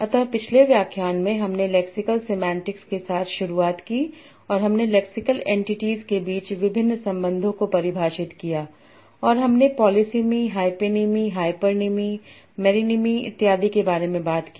अतः पिछले व्याख्यान में हमने लेक्सिकल सेमांटिक्स के साथ शुरुआत की और हमने लेक्सिकल एंटीटीज़ के बीच विभिन्न संबंधों को परिभाषित किया और हमने पॉलीसिम हाइपनेम हाइपरनेम मैरिनमी इत्यादि के बारे में बात की